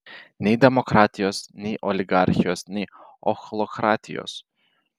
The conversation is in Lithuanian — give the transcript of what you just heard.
nei demokratijos nei oligarchijos nei ochlokratijos